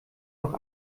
noch